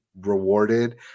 rewarded